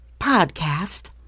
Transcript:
Podcast